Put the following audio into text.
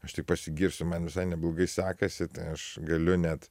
aš tik pasigirsiu man visai neblogai sekasi tai aš galiu net